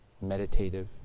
meditative